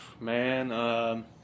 man